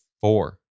four